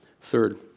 Third